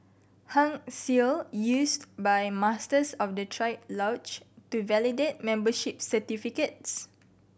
Hung Seal used by Masters of the triad lodge to validate membership certificates